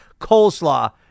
coleslaw